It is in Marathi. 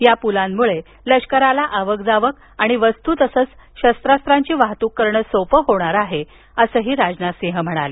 या प्लांमुळे लष्कराला आवकजावक आणि वस्तू तसच शास्त्रस्त्रांची वाहतूक करणं सोपं होणार आहे असंही राजनाथसिंह म्हणाले